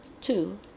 two